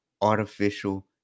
artificial